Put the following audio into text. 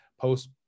post